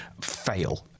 fail